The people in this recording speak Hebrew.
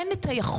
אין את היכולת,